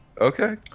Okay